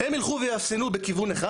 הם ילכו ויאפסנו בכיוון אחד?